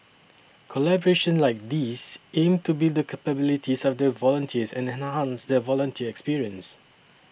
collaborations like these aim to build the capabilities of the volunteers and enhance the volunteer experience